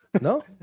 No